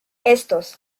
estos